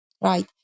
right